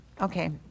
Okay